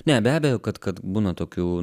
ne be abejo kad kad būna tokių